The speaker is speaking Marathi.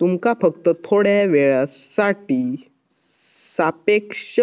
तुमका फक्त थोड्या येळेसाठी सापेक्ष